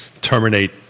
terminate